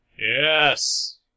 Yes